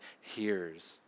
hears